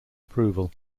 approval